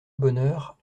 bonheur